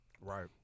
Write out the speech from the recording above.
Right